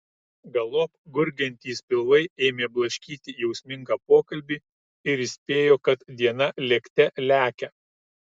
galop gurgiantys pilvai ėmė blaškyti jausmingą pokalbį ir įspėjo kad diena lėkte lekia